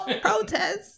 Protest